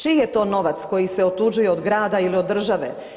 Čiji je to novac koji se otuđuje od grada ili od države?